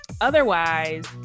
otherwise